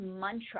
mantra